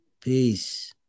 Peace